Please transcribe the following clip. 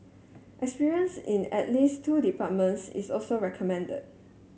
experience in at least two departments is also recommended